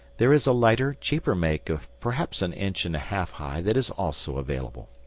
there is a lighter, cheaper make of perhaps an inch and a half high that is also available.